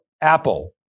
Apple